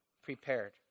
prepared